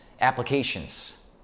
applications